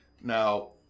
Now